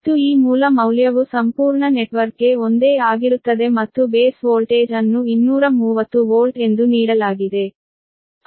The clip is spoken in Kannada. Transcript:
ಮತ್ತು ಈ ಮೂಲ ಮೌಲ್ಯವು ಸಂಪೂರ್ಣ ನೆಟ್ವರ್ಕ್ಗೆ ಒಂದೇ ಆಗಿರುತ್ತದೆ ಮತ್ತು ಬೇಸ್ ವೋಲ್ಟೇಜ್ ಅನ್ನು 230 ವೋಲ್ಟ್ ಎಂದು ನೀಡಲಾಗಿದೆ